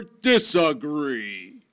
disagree